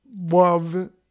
love